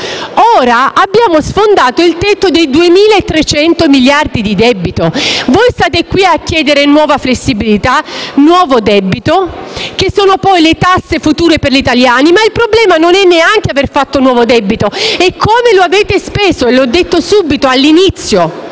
ora abbiamo sfondato il tetto dei 2.300 miliardi di debito. State qui a chiedere nuova flessibilità, nuovo debito, che sono poi tasse future per gli italiani; ma il problema non è neanche aver fatto nuovo debito: è come lo avete speso, e l'ho detto all'inizio.